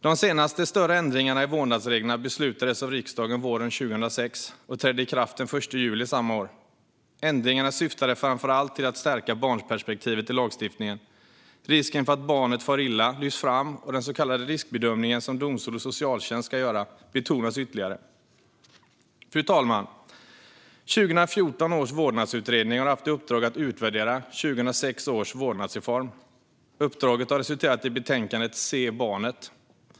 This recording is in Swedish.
De senaste större ändringarna i vårdnadsreglerna beslutades av riksdagen våren 2006 och trädde i kraft den 1 juli samma år. Ändringarna syftade framför allt till att stärka barnperspektivet i lagstiftningen. Risken för att barnet far illa lyftes fram, och den så kallade riskbedömning som domstol och socialtjänst ska göra betonades ytterligare. Fru talman! 2014 års vårdnadsutredning har haft i uppdrag att utvärdera 2006 års vårdnadsreform. Uppdraget har resulterat i betänkandet Se bar net!